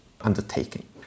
undertaking